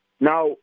Now